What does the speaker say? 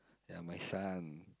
ya my son